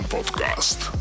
Podcast